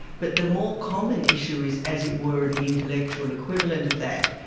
but the more common issue is, as it were, the intellectual equivalent of that.